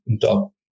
top